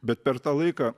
bet per tą laiką